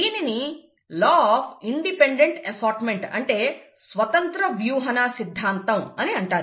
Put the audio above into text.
దీనిని law of independent assortment అంటే స్వతంత్ర వ్యూహన సిద్దాంతం అని అంటారు